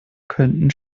können